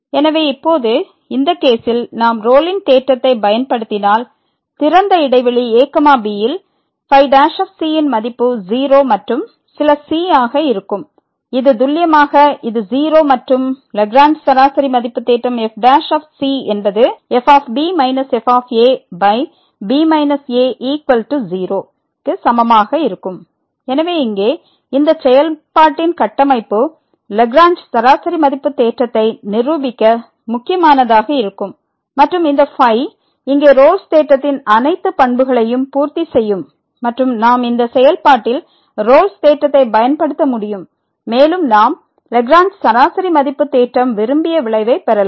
எனவே இப்போது இந்த கேசில் நாம் ரோலின் தேற்றத்தைப் பயன்படுத்தினால் திறந்த இடைவெளி a b யில் ϕ ன் மதிப்பு 0 மற்றும் சில c ஆக இருக்கும் இது துல்லியமாக இது 0 மற்றும் லாக்ரேஞ்ச் சராசரி மதிப்பு தேற்றம் f என்பது fb fb a0 க்கு சமமாக இருக்கும் எனவே இங்கே இந்த செயல்பாட்டின் கட்டமைப்புலாக்ரேஞ்ச் சராசரி மதிப்பு தேற்றத்தை நிரூபிக்க முக்கியமானதாக இருக்கும் மற்றும் இந்த φ இங்கே ரோல்ஸ் தேற்றத்தின் அனைத்து பண்புகளையும் பூர்த்தி செய்யும் மற்றும் நாம் இந்த செயல்பாட்டில் ரோல்ஸ் தேற்றத்தை பயன்படுத்த முடியும் மேலும் நாம் லாக்ரேஞ்ச் சராசரி மதிப்பு தேற்றம் விரும்பிய விளைவை பெறலாம்